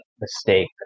mistake